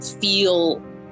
feel